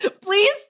please